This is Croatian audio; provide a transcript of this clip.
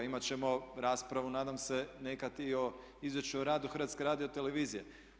Imat ćemo raspravu nadam se nekad i o Izvješću o radu HRT-a.